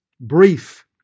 brief